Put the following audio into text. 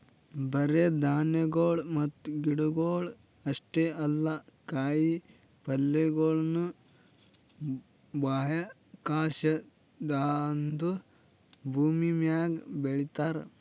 ಬರೇ ಧಾನ್ಯಗೊಳ್ ಮತ್ತ ಗಿಡಗೊಳ್ ಅಷ್ಟೇ ಅಲ್ಲಾ ಕಾಯಿ ಪಲ್ಯಗೊಳನು ಬಾಹ್ಯಾಕಾಶದಾಂದು ಭೂಮಿಮ್ಯಾಗ ಬೆಳಿತಾರ್